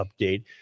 update